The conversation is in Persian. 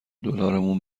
دلارمون